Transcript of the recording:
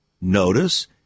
notice